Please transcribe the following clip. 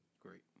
Great